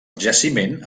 jaciment